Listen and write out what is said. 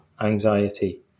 anxiety